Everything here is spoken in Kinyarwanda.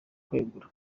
kwegura